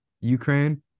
Ukraine